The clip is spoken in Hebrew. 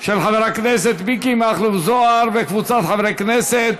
של חבר הכנסת מיקי מכלוף זוהר וקבוצת חברי הכנסת.